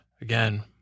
again